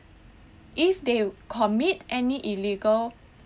if they commit any illegal